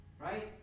Right